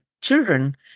children